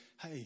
Hey